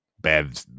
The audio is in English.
bad